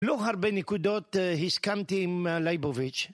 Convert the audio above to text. לא הרבה נקודות, הסכמתי עם ליבוביץ'.